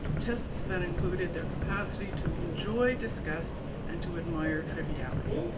tests that included their capacity to enjoy disgust and to admire triviality.